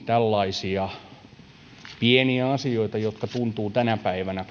tällaisia pieniä asioita jotka ovat tänä päivänä